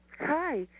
Hi